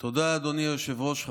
תודה, אדוני היושב-ראש.